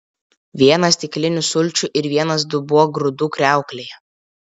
viena stiklinė sulčių ir vienas dubuo grūdų kriauklėje